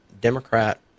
Democrat